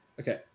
Okay